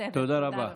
תודה רבה.